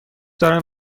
دارم